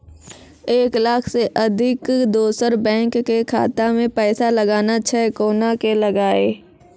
एक लाख से अधिक दोसर बैंक के खाता मे पैसा लगाना छै कोना के लगाए?